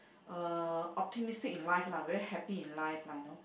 uh optimistic in life lah very happy in life lah you know